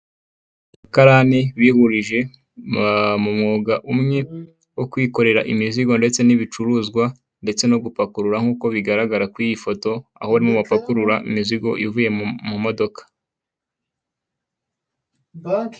Abakarani bihurije mu mwuga umwe wo kwikorera imizigo ndetse n'ibicuruzwa ndetse no gupakurura nk'uko bigaragara kuri iyi foto, aho barimo bapakurura imizigo ivuye mu modoka.